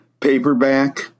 paperback